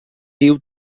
diu